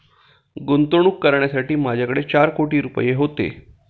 गुंतवणूक करण्यासाठी माझ्याकडे चार कोटी रुपये होते